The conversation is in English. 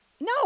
No